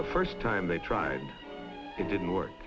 the first time they tried it didn't work